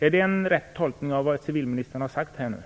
Är det en riktig tolkning av det som civilministern har sagt här?